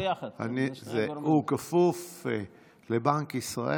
הוא כפוף לבנק ישראל.